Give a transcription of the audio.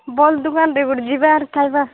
ଭଲ୍ ଦୁକାନରେ ଗୁଟେ ଯିବା ଆର୍ ଖାଇବା